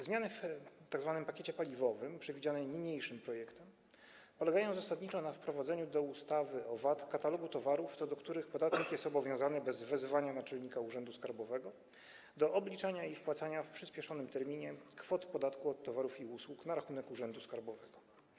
Zmiany w tzw. pakiecie paliwowym przewidziane niniejszym projektem polegają zasadniczo na wprowadzeniu do ustawy o VAT katalogu towarów, co do których podatnik jest obowiązany bez wezwania naczelnika urzędu skarbowego do obliczania i wpłacania w przyspieszonym terminie kwot podatku od towarów i usług na rachunek urzędu skarbowego.